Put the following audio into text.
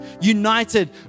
united